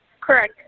Correct